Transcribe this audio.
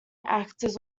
actors